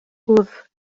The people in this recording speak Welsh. wddf